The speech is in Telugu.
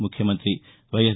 ముఖ్యమంతి వైఎస్